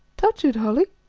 touch it, holly.